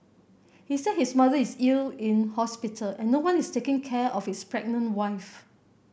he said his mother is ill in hospital and no one is taking care of his pregnant wife